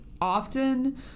often